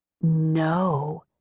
No